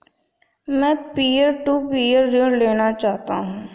मैं peer to peer ऋण लेना चाहता हूँ